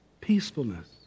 Peacefulness